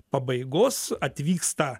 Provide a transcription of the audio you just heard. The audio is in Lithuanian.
pabaigos atvyksta